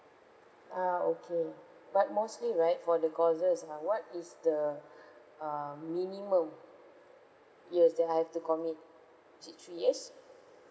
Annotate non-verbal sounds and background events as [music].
ah okay but mostly right for the courses ah what is the [breath] um minimum years that I have to commit is it three years